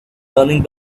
learning